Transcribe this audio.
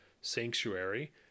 sanctuary